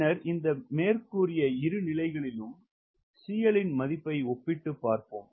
பின்னர் இரு நிலைகளிலும் CL இன் மதிப்பை ஒப்பிட்டு பார்போம்